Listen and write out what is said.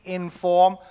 inform